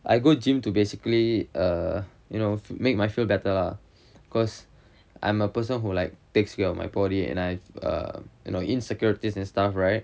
I go gym to basically err you know make me feel better lah because I'm a person who like takes care of my body and I err you know insecurities and stuff right